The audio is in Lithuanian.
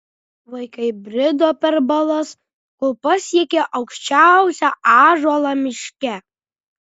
vaikai brido per balas kol pasiekė aukščiausią ąžuolą miške